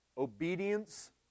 obedience